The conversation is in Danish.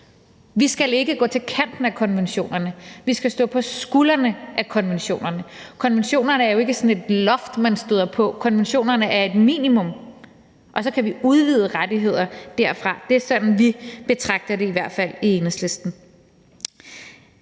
Vi skal ikke gå til kanten af konventionerne; vi skal stå på skuldrene af konventionerne. Konventionerne er jo ikke sådan et loft, man støder på; konventionerne er et minimum, og så kan vi udvide rettigheder derfra. Det er i hvert fald sådan, vi betragter det i Enhedslisten.